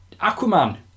Aquaman